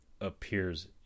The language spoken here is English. appears